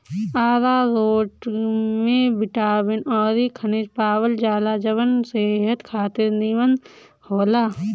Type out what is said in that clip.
आरारोट में बिटामिन अउरी खनिज पावल जाला जवन सेहत खातिर निमन होला